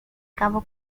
cabo